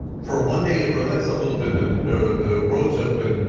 for one day at rollins a little bit the the roads open,